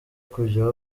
kujya